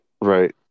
Right